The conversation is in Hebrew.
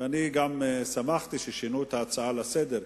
ואני גם שמחתי ששינו את ההצעה לסדר-היום,